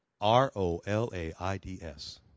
r-o-l-a-i-d-s